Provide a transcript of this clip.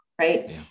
right